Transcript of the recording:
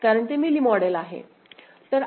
कारण ते मिली मॉडेल आहे